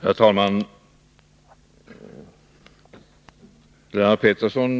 Herr talman! Lennart Pettersson